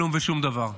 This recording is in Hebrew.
כלום ושום דבר.